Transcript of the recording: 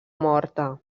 morta